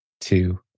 two